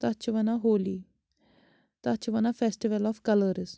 تتھ چھِ ونان ہولی تتھ چھِ ونان فیٚسٹِول آف کَلٲرٕز